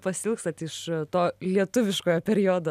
pasiilgstat iš to lietuviškojo periodo